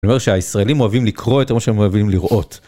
אומר שהישראלים אוהבים לקרוא את מה שהם אוהבים לראות.